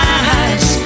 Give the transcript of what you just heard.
eyes